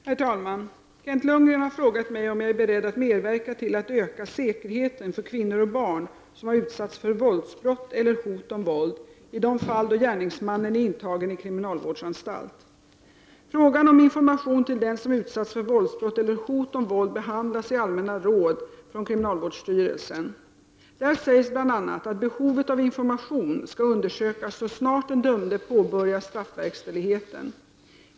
Herr talman! Kent Lundgren har frågat mig om jag är beredd att medverka till att öka säkerheten för kvinnor och barn, som har utsatts för våldsbrott eller hot om våld, i de fall då gärningsmannen är intagen i kriminalvårdsanstalt. Frågan om information till den som utsatts för våldsbrott eller hot om våld behandlas i Allmänna Råd från Kriminalvårdsstyrelsen . Där sägs bl.a. att behovet av information skall undersökas så snart den dömde påbörjar straffverkställigheten.